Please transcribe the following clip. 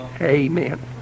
Amen